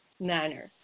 manner